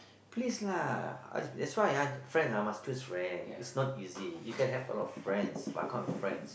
please lah that's why ah friend ah must choose friend is not easy you can have a lot of friends but kind of friends